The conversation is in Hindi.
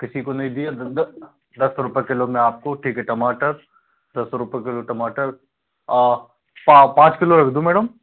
किसी को नहीं दिया दस रुपये किलो में आपको ठीक है टमाटर दस रुपये किलो टमाटर पा पाँच किलो रख दूँ मैडम